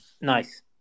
Nice